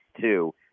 two